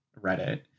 reddit